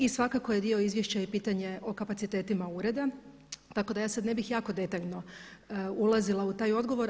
I svakako je dio izvješća i pitanje o kapacitetima ureda, tako da ja sad ne bih jako detaljno ulazila u taj odgovor.